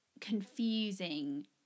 confusing